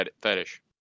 fetish